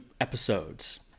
episodes